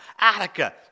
Attica